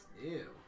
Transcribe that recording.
Ew